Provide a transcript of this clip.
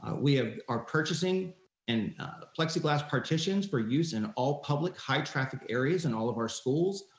we have our purchasing and plexiglas partitions for use in all public high traffic areas in all of our schools.